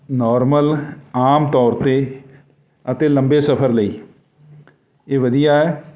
normal ਆਮ ਤੌਰ 'ਤੇ ਅਤੇ ਲੰਬੇ ਸਫ਼ਰ ਲਈ ਇਹ ਵਧੀਆ ਹੈ